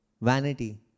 Vanity